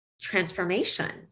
transformation